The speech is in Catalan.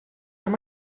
amb